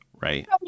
right